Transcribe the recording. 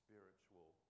spiritual